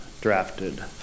drafted